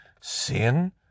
sin